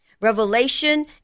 Revelation